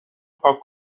پاک